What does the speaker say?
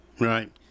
Right